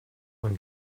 man